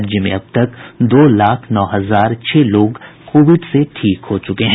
राज्य में अब तक दो लाख नौ हजार छह लोग कोविड से ठीक हो चुके हैं